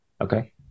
Okay